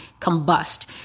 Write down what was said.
combust